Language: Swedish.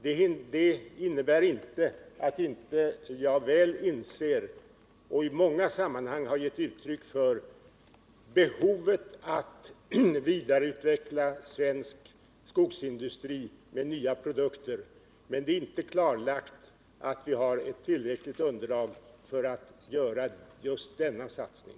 Detta innebär inte att jag inte väl inser behovet — det har jag i många sammanhang givit uttryck för — att vidareutveckla svensk skogsindustri med nya produkter. Det är dock inte klarlagt att det finns tillräckligt underlag för att göra just denna satsning.